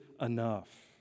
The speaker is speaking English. enough